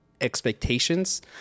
expectations